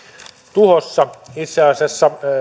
tuhossa itse asiassa